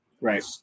Right